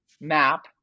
map